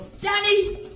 Danny